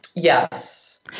Yes